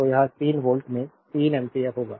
तो यह 3 वोल्ट में 3 एम्पियर होगा